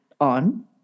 on